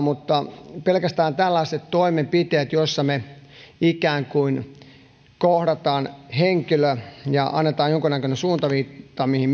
mutta pelkästään tällaiset toimenpiteet joissa ikään kuin kohdataan henkilö ja annetaan jonkunnäköinen suuntaviitta mihin